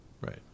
right